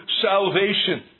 salvation